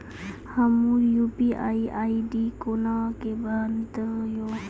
हमर UPI ID कोना के बनत यो?